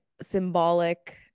symbolic